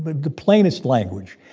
but the plainest language.